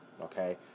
okay